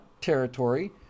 territory